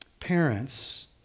Parents